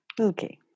Okay